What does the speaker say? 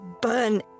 burn